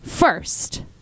First